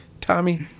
Tommy